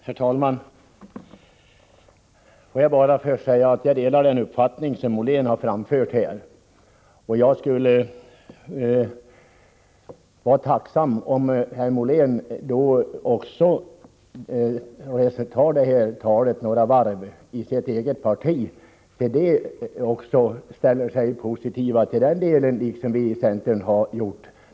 Herr talman! Får jag först säga att jag delar den uppfattning Per-Richard Molén framfört här. Jag skulle vara tacksam om han drog detta tal några varv i sitt eget parti, så att det också ställer sig positivt som vi i centern gjort.